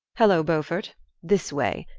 hallo, beaufort this way!